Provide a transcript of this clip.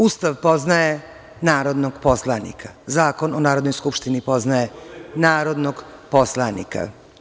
Ustav poznaje narodnog poslanika, Zakon o Narodnoj skupštini poznaje narodnog poslanika.